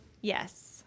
Yes